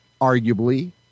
arguably